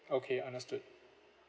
okay understood